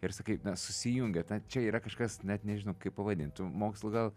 ir sakai na susijungia na čia yra kažkas net nežinau kaip pavadint tu mokslu gal